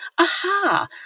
aha